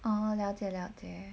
哦了解了解